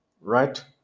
right